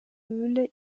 höhle